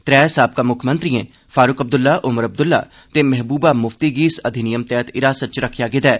त्रै साबका मुक्खमंत्रियें फारूख अब्दुल्ला ओमर अब्दुल्ला ते महबूबा मुफ्ती गी इसी अधिनियम तैह्त हिरासत च रक्खे गेदा ऐ